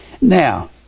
Now